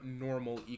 normal